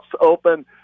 open